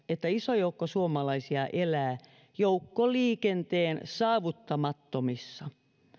että iso joukko suomalaisia elää joukkoliikenteen saavuttamattomissa